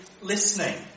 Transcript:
listening